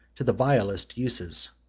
to the vilest uses.